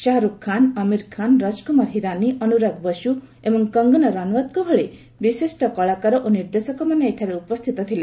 ଶାହାରୁଖ୍ ଖାନ୍ ଅମୀର ଖାନ୍ ରାଜକୁମାର ହୀରାନି ଅନୁରାଗ ବସୁ ଏବଂ କଙ୍ଗନା ରନାଓ୍ୱତଙ୍କ ଭଳି ବିଶିଷ୍ଟ କଳାକାର ଓ ନିର୍ଦ୍ଦେଶକମାନେ ଏଠାରେ ଉପସ୍ଥିତ ଥିଲେ